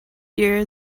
year